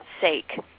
sake